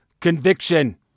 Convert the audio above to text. conviction